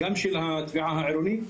גם של התביעה העירונית.